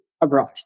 abroad